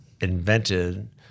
invented